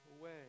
away